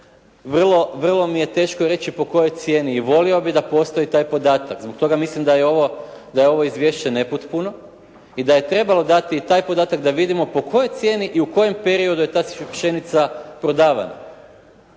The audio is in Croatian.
Vrlo mi je teško reći po kojoj cijeni i volio bih da postoji taj podatak. Zbog toga mislim da je ovo Izvješće nepotpuno i da je trebalo dati i taj podatak da vidimo po kojoj cijeni i u kojem periodu je ta pšenica prodavana,